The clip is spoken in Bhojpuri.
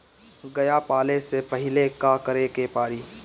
गया पाले से पहिले का करे के पारी?